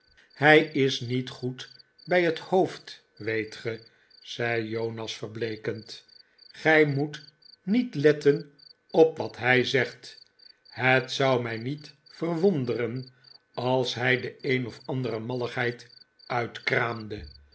hij is niet goed bij het hoofd weet ge zei jonas verbleekend gij moet niet letten op wat hij zegt het zou mij niet verwonderen als hij de een of andere malligheid uitkraamde